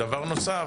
דבר נוסף,